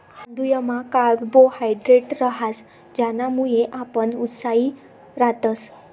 तांदुयमा कार्बोहायड्रेट रहास ज्यानामुये आपण उत्साही रातस